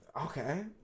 Okay